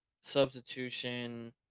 substitution